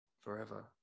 forever